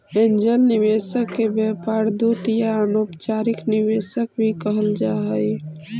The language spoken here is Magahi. एंजेल निवेशक के व्यापार दूत या अनौपचारिक निवेशक भी कहल जा हई